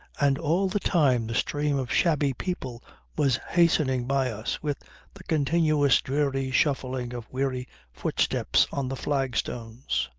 and all the time the stream of shabby people was hastening by us, with the continuous dreary shuffling of weary footsteps on the flagstones.